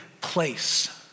place